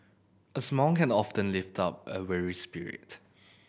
a smile can often lift up a weary spirit